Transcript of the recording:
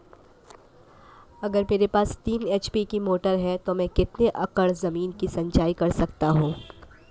अगर मेरे पास तीन एच.पी की मोटर है तो मैं कितने एकड़ ज़मीन की सिंचाई कर सकता हूँ?